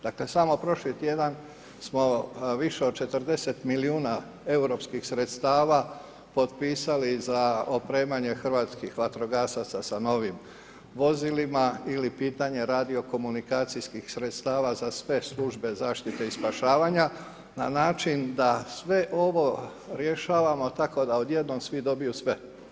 Dakle, samo prošli tjedan smo više od 40 milijuna europskih sredstava potpisali za opremanje hrvatskih vatrogasaca sa novim vozilima ili pitanje radio-komunikacijskih sredstava za sve službe zaštite i spašavanja na način da sve ovo rješavamo tako da odjednom svi dobiju sve.